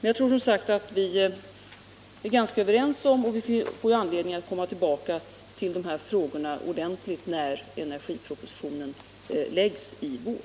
Jag tror som sagt att vi är ganska överens, och vi får ju anledning att komma tillbaka till de här frågorna ordentligt när energipropositionen läggs fram i vår.